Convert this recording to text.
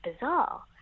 bizarre